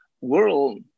world